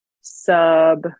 sub